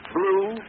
Blue